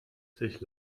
sich